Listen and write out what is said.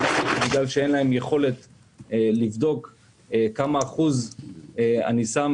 בגלל שאין להם יכולת לבדוק כמה אחוז אני שם